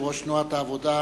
יושב-ראש תנועת העבודה,